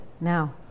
now